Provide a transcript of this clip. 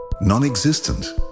non-existent